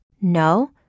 No